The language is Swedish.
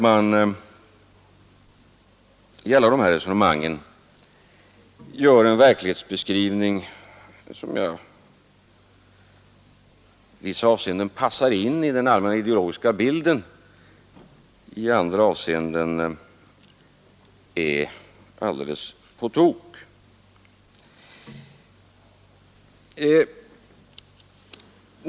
I alla de här resonemangen gör man en verklighetsbeskrivning som i vissa avseenden passar in i den allmänna ideologiska bilden, i andra avseenden är alldeles på tok.